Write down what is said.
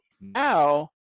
now